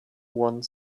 one